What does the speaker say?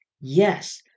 Yes